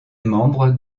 membre